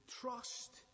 trust